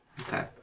Okay